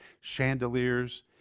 chandeliers